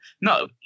no